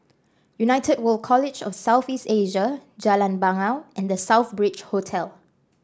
United World College of South East Asia Jalan Bangau and The Southbridge Hotel